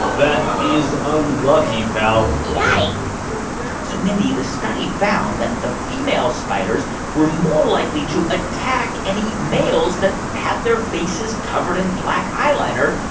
that is unlucky, pal yikes yeah yeah so, mindy, the study found that the female spiders were more likely to attack any males that had their faces covered in black eyeliner,